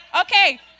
Okay